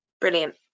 Brilliant